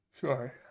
Sorry